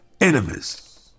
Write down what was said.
enemies